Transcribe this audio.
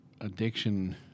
addiction